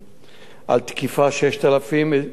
על תקיפה, 6,206,